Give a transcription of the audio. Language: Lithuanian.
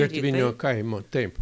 gatvinio kaimo taip